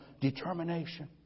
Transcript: determination